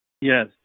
Yes